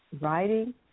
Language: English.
writing